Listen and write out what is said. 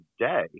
today